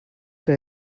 que